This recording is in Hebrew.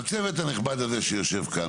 הצוות הנכבד הזה שיושב כאן,